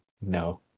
no